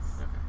okay